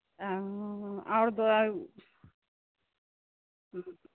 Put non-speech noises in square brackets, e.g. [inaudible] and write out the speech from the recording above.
अहं आओर [unintelligible] हूं